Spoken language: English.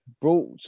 brought